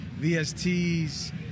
VSTs